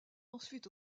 ensuite